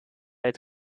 als